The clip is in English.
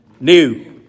New